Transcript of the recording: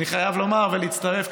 אני חייב לומר ולהצטרף,